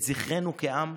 את זכרנו כעם,